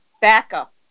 backup